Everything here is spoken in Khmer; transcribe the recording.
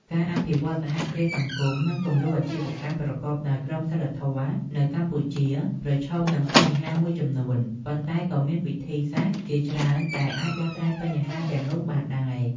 ការអភិវឌ្ឍសហគ្រាសសង្គម និងគំរូអាជីវកម្មប្រកបដោយក្រមសីលធម៌នៅកម្ពុជា ប្រឈមនឹងបញ្ហាមួយចំនួន ប៉ុន្តែក៏មានវិធីសាស្រ្តជាច្រើនដែលអាចដោះស្រាយបញ្ហាទាំងនោះបានដែរ ។